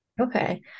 Okay